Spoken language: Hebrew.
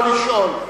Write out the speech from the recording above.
לא לשאול.